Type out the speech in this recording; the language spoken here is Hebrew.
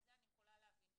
את זה אני יכולה להבין ולקבל,